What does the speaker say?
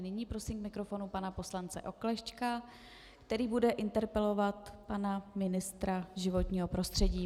Nyní prosím k mikrofonu pana poslance Oklešťka, který bude interpelovat pana ministra životního prostředí.